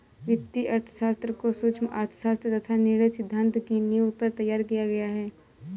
वित्तीय अर्थशास्त्र को सूक्ष्म अर्थशास्त्र तथा निर्णय सिद्धांत की नींव पर तैयार किया गया है